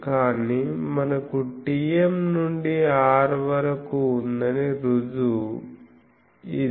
కానీ మనకు TM నుండి r వరకు ఉందని రుజువు ఇది